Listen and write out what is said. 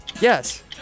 Yes